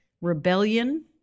rebellion